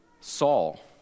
Saul